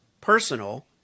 personal